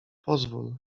pozwól